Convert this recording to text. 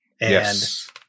Yes